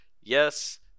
yes